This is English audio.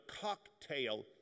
cocktail